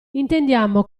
intendiamo